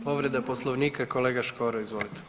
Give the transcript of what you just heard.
Povreda Poslovnika kolega Škoro, izvolite.